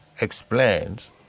explains